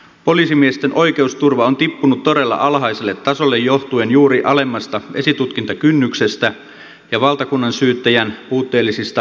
poliisimiesten oikeusturva on tippunut todella alhaiselle tasolle johtuen juuri alemmasta esitutkintakynnyksestä ja valtakunnansyyttäjän puutteellisista resursseista